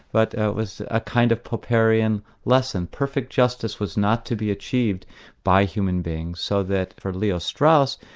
but it was a kind of popperian lesson, perfect justice was not to be achieved by human beings. so that for leo strauss,